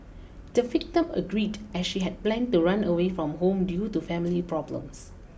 the victim agreed as she had planned to run away from home due to family problems